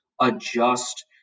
adjust